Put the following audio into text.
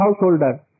householder